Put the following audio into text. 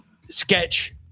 sketch